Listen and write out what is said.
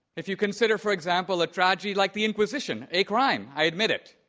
if you consider, for example, a tragedy like the inquisition, a crime, i admit it,